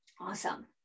Awesome